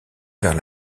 vers